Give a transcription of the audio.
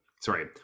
sorry